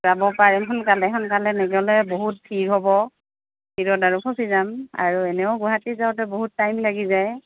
যাব পাৰে সোনকালে সোনকালে নগ'লে বহুত ভিৰ হ'ব ভিৰত আৰু ফচি যাম আৰু এনেও গুৱাহাটী যাওঁতে বহুত টাইম লাগি যায়